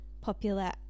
popular